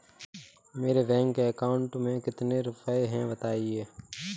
मेरे bank account में कितने रुपए हैं बताएँ?